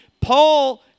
Paul